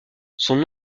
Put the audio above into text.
son